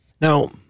Now